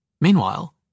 Meanwhile